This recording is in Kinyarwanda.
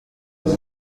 uyu